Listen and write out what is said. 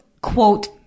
quote